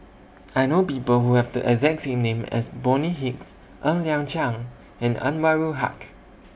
I know People Who Have The exact name as Bonny Hicks Ng Liang Chiang and Anwarul Haque